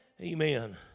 Amen